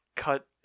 cut